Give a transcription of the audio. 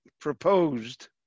proposed